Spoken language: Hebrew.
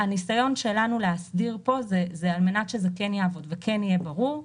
הניסיון שלנו להסדיר פה הוא על מנת שזה כן יעבוד וכן יהיה ברור,